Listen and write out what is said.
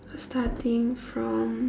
starting from